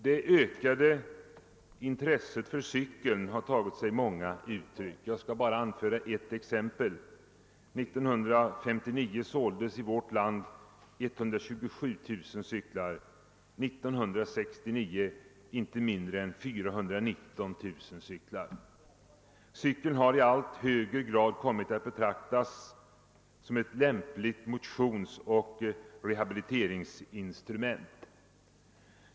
Det ökade intresset för cykeln har tagit sig många uttryck. Jag skall bara anföra ett exempel: 1959 såldes i vårt land 127 000 cyklar, 1969 inte mindre än 419 000. Cykeln har i allt högre grad kommit att betraktas som ett lämpligt motionsoch rehabiliteringsinstrument.